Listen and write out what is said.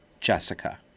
Jessica